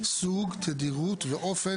"מסמך" לרבות פלט כהגדרתו בחוק המחשבים,